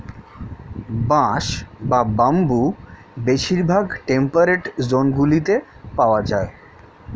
বাঁশ বা বাম্বু বেশিরভাগ টেম্পারেট জোনগুলিতে পাওয়া যায়